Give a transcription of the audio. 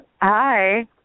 Hi